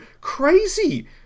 crazy